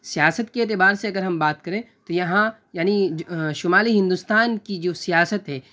سیاست کے اعتبار سے اگر ہم بات کریں تو یہاں یعنی شمالی ہندوستان کی جو سیاست ہے